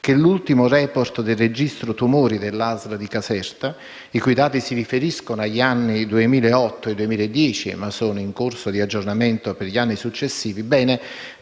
l'ultimo *report* del registro tumori dell'ASL di Caserta, i cui dati si riferiscono agli anni 2008-2010 (ma sono in corso di aggiornamento per gli anni successivi),